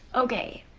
okay,